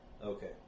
Okay